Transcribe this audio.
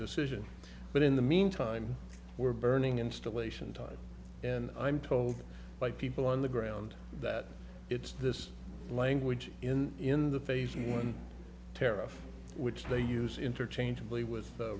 decision but in the meantime we're burning installation time and i'm told by people on the ground that it's this language in in the phase of one tariff which they use interchangeably with